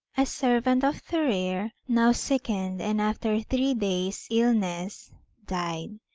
a servant of thorir now sickened, and after three days' illness died.